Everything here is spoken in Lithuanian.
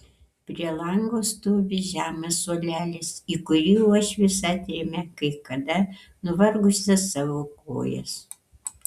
prie lango stovi žemas suolelis į kurį uošvis atremia kai kada nuvargusias savo kojas